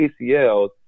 ACLs